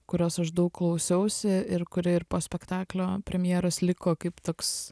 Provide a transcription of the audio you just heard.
kurios aš daug klausiausi ir kuri ir po spektaklio premjeros liko kaip toks